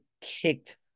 kicked